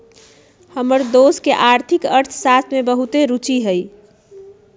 हमर दोस के आर्थिक अर्थशास्त्र में बहुते रूचि हइ